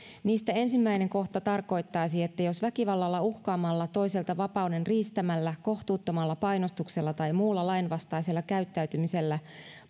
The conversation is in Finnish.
niistä ensimmäinen kohta tarkoittaisi että jos väkivallalla uhkaamalla toiselta vapauden riistämällä kohtuuttomalla painostuksella tai muulla lainvastaisella käyttäytymisellä